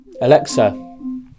Alexa